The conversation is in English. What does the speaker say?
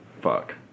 Fuck